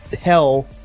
hell